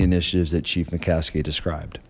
the initiatives that chief mccaskey described